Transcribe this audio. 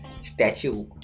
statue